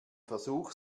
versuch